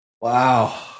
Wow